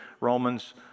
Romans